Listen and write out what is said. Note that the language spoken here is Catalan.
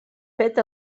fet